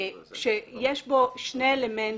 כשיש בו שני אלמנטים.